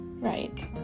Right